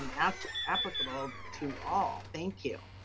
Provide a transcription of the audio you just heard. um applicable to all. thank you.